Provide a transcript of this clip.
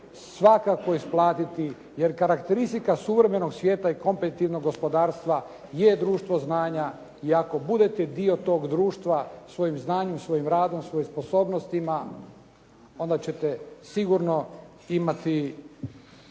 svakako isplatiti. Jer karakteristika suvremenog svijeta i kompetilnog gospodarstva je društvo znanja, jer ako budete dio tog društva svojim znanjem, svojim radom, svojim sposobnostima, onda ćete sigurno imati